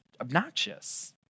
obnoxious